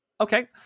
Okay